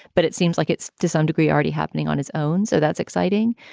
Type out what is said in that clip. but it seems like it's to some degree already happening on his own. so that's exciting.